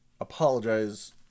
apologize